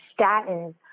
statins